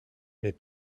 mais